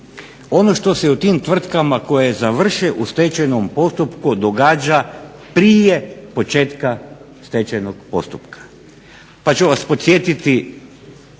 Ono što se u tim tvrtkama koje završe u stečajnom postupku događa prije početka stečajnog postupka, pa ću vas podsjetiti